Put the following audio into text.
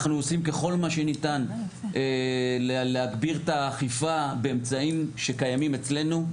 אנחנו עושים ככל מה שניתן להגביר את האכיפה באמצעים שקיימים אצלנו,